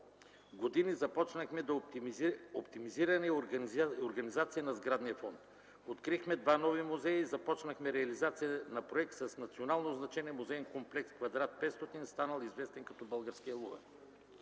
години започнахме да оптимизираме сградния фонд. Открихме два нови музея и започнахме реализация на проект с национално значение – Музеен комплекс в квадрат 500, станал известен като „българския Лувър”.